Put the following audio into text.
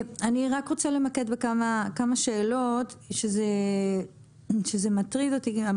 אני רוצה למקד בכמה שאלות שמטרידות אותי.